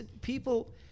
people